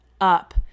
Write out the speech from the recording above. up